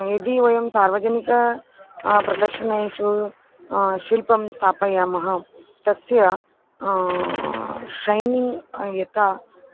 यदि वयं सार्वजनिक प्रदर्शनेषु शिल्पं स्थापयामः तस्य शैनिङ्ग् यथा